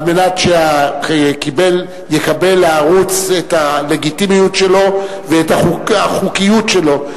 על מנת שהערוץ יקבל את הלגיטימיות שלו ואת החוקיות שלו,